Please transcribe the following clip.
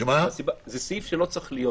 זה סעיף שלא צריך להיות.